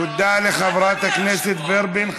תודה רבה לחברת הכנסת ורבין.